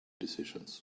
decisions